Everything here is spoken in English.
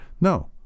No